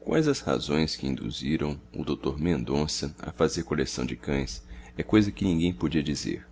quais as razões que induziram o dr mendonça a fazer coleção de cães é coisa que ninguém podia dizer